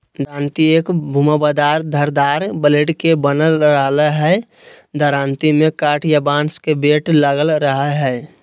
दरांती एक घुमावदार धारदार ब्लेड के बनल रहई हई दरांती में काठ या बांस के बेट लगल रह हई